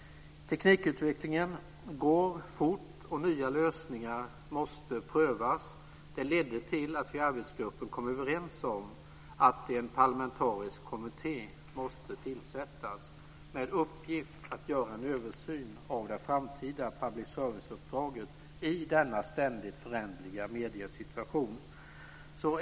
Teknikutvecklingen går fort, och nya lösningar måste prövas. Detta ledde till att vi i arbetsgruppen kom överens om att en parlamentarisk kommitté måste tillsättas med uppgift att göra en översyn av det framtida public service-uppdraget i denna ständigt föränderliga mediesituation.